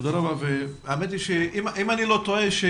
האמת היא שאם אני לא טועה,